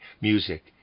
music